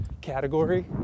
category